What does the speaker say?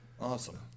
Awesome